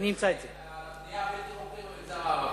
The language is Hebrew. הדיון על הבנייה הבלתי-חוקית במגזר הערבי.